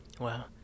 Wow